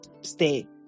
stay